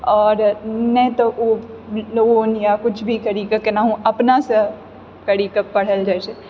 आओर नहि तऽ ओ लोन या किछु भी करिके केहुनाओ अपनासँ करिके पढ़ए लए जाइत छै